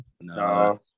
No